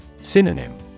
Synonym